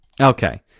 Okay